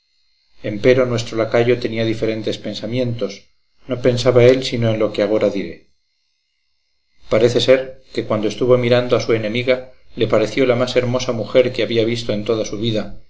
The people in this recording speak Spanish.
arremetida empero nuestro lacayo tenía diferentes pensamientos no pensaba él sino en lo que agora diré parece ser que cuando estuvo mirando a su enemiga le pareció la más hermosa mujer que había visto en toda su vida